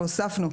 והוספנו,